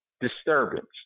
disturbance